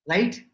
Right